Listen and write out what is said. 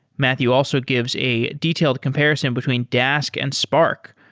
matthew also gives a detailed comparison between dask and spark.